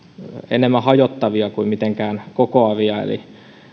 enemmän hajottavia kuin mitenkään kokoavia eli